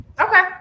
okay